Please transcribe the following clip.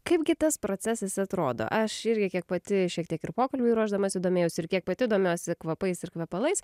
kaipgi tas procesas atrodo aš irgi kiek pati šiek tiek ir pokalbiui ruošdamasi domėjaus ir kiek pati domiuosi kvapais ir kvepalais